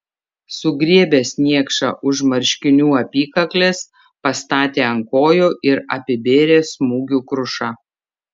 sugriebęs niekšą už marškinių apykaklės pastatė ant kojų ir apibėrė smūgių kruša